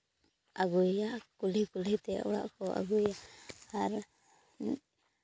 ᱟᱹᱜᱩᱭᱮᱭᱟ ᱠᱩᱞᱦᱤ ᱠᱩᱞᱦᱤ ᱛᱮ ᱚᱲᱟᱜ ᱠᱚ ᱟᱹᱜᱩᱭᱮᱭᱟ ᱟᱨ